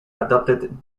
adapted